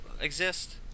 exist